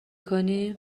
کنی